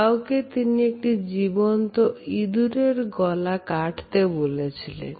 কাউকে তিনি একটি জীবন্ত ইঁদুরের গলা কাটতে বলেছিলেন